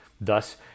Thus